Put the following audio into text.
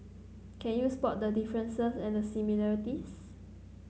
can you spot the differences and similarities